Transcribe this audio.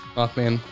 Mothman